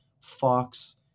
Fox